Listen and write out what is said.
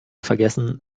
vergessen